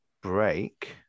break